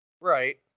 Right